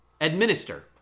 administer